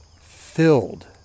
filled